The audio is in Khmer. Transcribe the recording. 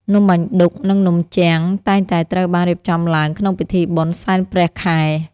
នំបាញ់ឌុក និងនំជាំង តែងតែត្រូវបានរៀបចំឡើងក្នុងពិធីបុណ្យសែនព្រះខែ។